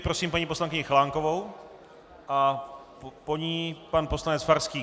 Prosím paní poslankyni Chalánkovou a po ní pan poslanec Farský.